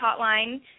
hotline